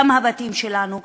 גם הבתים שלנו,